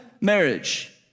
marriage